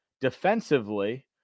defensively